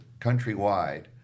countrywide